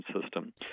system